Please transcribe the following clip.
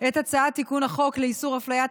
את הצעת תיקון החוק לאיסור הפליית